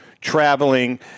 traveling